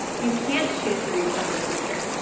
you can't choose to read something easier.